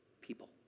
people